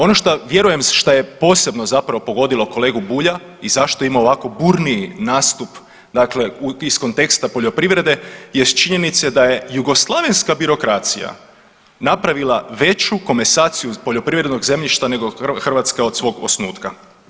Ono šta vjerujem šta je posebno pogodilo kolegu Bulja i zašto je imao ovako burniji nastup dakle iz konteksta poljoprivrede jest činjenica da je jugoslavenska birokracija napravila veću komasaciju poljoprivrednog zemljišta nego Hrvatska od svog osnutka.